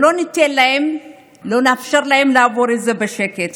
לא ניתן להם ולא נאפשר להם לעבור על זה בשקט.